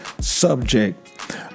subject